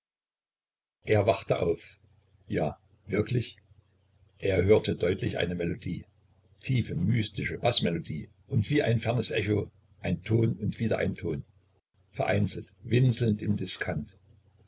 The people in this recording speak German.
er wachte auf ja wirklich er hörte deutlich eine melodie tiefe mystische baßmelodie und wie ein fernes echo ein ton und wieder ein ton vereinzelt winselnd im diskant